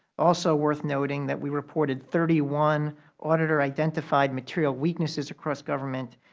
also worth noting that we reported thirty one auditor-identified material weaknesses across government.